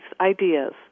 ideas